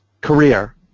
career